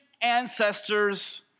ancestors